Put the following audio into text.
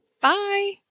Bye